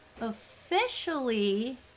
officially